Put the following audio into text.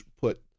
put